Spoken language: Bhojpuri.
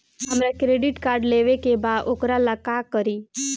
हमरा क्रेडिट कार्ड लेवे के बा वोकरा ला का करी?